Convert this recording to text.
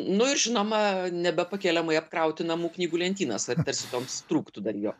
nu ir žinoma nebepakeliamai apkrauti namų knygų lentynas tarsi toms trūktų dar jo